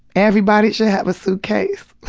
everybody should have a suitcase.